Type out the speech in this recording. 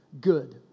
good